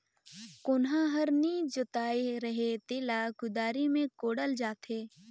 कोनहा हर नी जोताए रहें तेला कुदारी मे कोड़ल जाथे